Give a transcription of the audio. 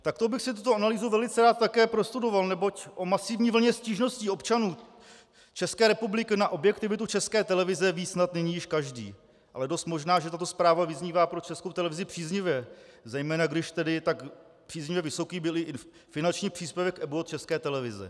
Také bych si tuto analýzu velice rád prostudoval, neboť o masivní vlně stížností občanů České republiky na objektivitu České televize ví snad nyní již každý, ale dost možná, že tato zpráva vyznívá pro Českou televizi příznivě, zejména když tak příznivě vysoký byl i finanční příspěvek EBU od České televize.